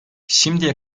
şimdiye